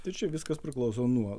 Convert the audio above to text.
tai čia viskas priklauso nuo